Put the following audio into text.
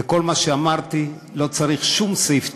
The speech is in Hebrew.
ולכל מה שאמרתי לא צריך שום סעיף תקציבי.